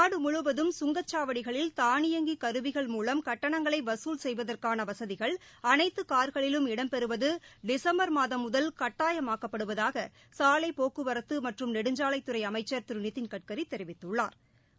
நாடு முழுவதும் சுங்கச்சாவடிகளில் தானியங்கி கருவிகள் மூலம் கட்டணங்களை வசூல் செய்வதற்காள வசதிகள் அனைத்து கார்களிலும் இடம்பெறுவது டிசம்பர் மாதம் முதல் கட்டாயமாக்கப்படுவதாக சாலை போக்குவரத்து மற்றும் நெடுஞ்சாலைத்துறை அமைச்சா் திரு நிதின் கட்கரி தெரிவித்துள்ளாா்